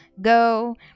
go